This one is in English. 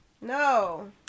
No